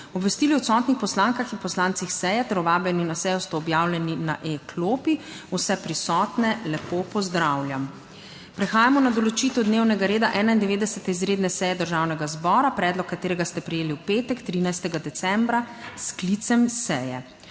Obvestili odsotnih poslankah in poslancih seje ter vabljeni na sejo sta objavljeni na e-klopi. Vse prisotne lepo pozdravljam. Prehajamo na določitev dnevnega reda 91. izredne seje Državnega zbora, predlog katerega ste prejeli v petek, 13. decembra, s sklicem seje.